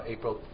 April